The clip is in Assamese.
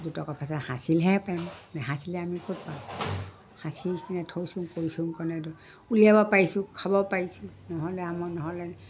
দুটকা পইচা সাঁচিলেহে পাৰিম নাসাঁচিলে আমি ক'ত পাওঁ সাঁচি কিনে থৈছোঁ কৰিছোঁ কাৰণেটো উলিয়াব পাৰিছোঁ খাব পাৰিছোঁ নহ'লে আমাৰ নহ'লে